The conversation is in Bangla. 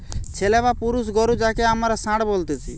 ছেলে বা পুরুষ গরু যাঁকে আমরা ষাঁড় বলতেছি